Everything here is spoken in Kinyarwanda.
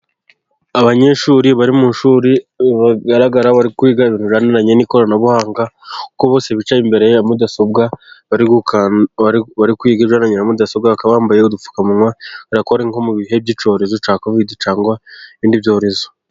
Abanyeshuri bari mu ishuri, uko bigaragara bari kwiga ibijyananye n'ikoranabuhanga, kuko bose bicaye imbere ya mudasobwa, bari kwiga ibijyanye na mudasobwa, bakaba bambaye udupfukamunwa bigaragara ko bari nko mu bihe by'icyorezo cya kovidi cyangwa ibindi byorezo.